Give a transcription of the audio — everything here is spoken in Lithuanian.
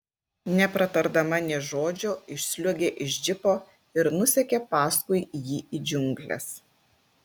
nepratardama nė žodžio išsliuogė iš džipo ir nusekė paskui jį į džiungles